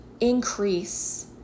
increase